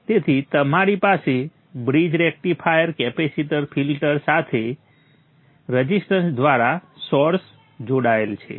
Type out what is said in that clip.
તેથી તમારી પાસે બ્રિજ રેક્ટિફાયર કેપેસિટર ફિલ્ટર સાથે રઝિસ્ટન્સ દ્વારા સોર્સ જોડાયેલ છે